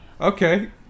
Okay